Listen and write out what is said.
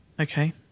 Okay